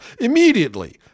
immediately